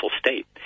state